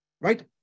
Right